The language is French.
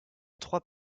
trois